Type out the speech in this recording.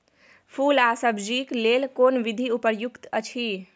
फूल आ सब्जीक लेल कोन विधी उपयुक्त अछि?